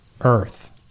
earth